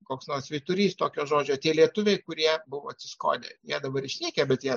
koks nors vyturys tokio žodžio tie lietuviai kurie buvo ciskode jie dabar išnykę bet jie